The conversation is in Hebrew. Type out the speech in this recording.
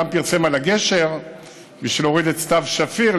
הוא גם פרסם על הגשר בשביל להוריד את סתיו שפיר,